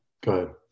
good